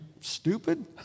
stupid